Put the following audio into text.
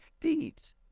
deeds